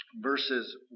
verses